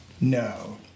No